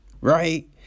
right